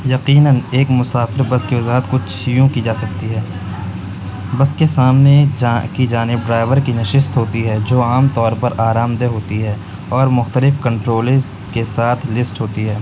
یقیناً ایک مسافر بس کی وضاحت کچھ یوں کی جا سکتی ہے بس کے سامنے ایک کی جانب ڈرائیور کی نشست ہوتی ہے جو عام طور پر آرام دہ ہوتی ہے اور مختلف کنٹرولس کے ساتھ لسٹ ہوتی ہے